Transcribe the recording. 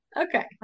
okay